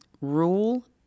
rule